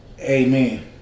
Amen